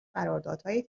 قراردادهای